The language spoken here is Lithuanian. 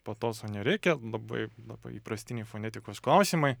patoso nereikia labai labai įprastiniai fonetikos klausimai